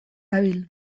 dabil